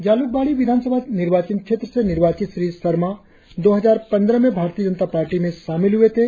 जाल्कबाड़ी विधानसभा निर्वाचन क्षेत्र से निर्वाचित श्री सरमा दो हजार पंद्रह में भारतीय जनता पार्टी में शामिल हुए थे